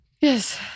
Yes